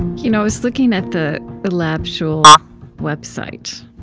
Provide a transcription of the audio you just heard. you know i was looking at the lab shul website,